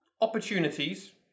opportunities